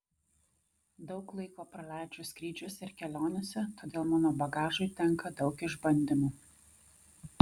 daug laiko praleidžiu skrydžiuose ir kelionėse todėl mano bagažui tenka daug išbandymų